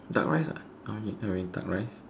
duck rice ah or you can't having duck rice